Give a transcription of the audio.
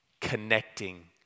connecting